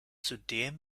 zudem